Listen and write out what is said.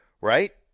right